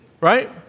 right